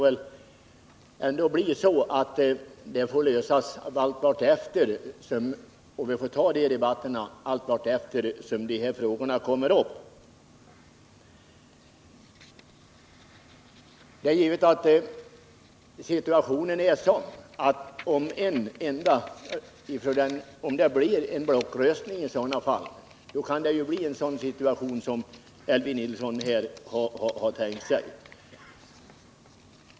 Vi får väl ta de debatterna vartefter dessa frågor kommer upp. Om det blir en blockröstning är det givet att situationen kan bli den som Elvy Nilsson har tänkt sig.